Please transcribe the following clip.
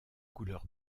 couleur